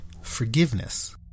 forgiveness